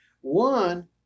one